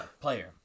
Player